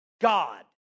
God